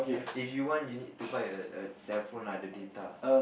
if you want you need to buy a a cellphone lah the data